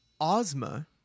Ozma